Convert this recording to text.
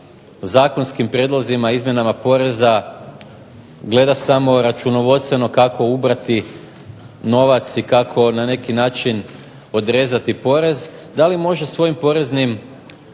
zakonskim prijedlozima, izmjenama poreza gleda samo računovodstveno kako ubrati novac i kako na neki način podrezati porez, da li može svojim poreznim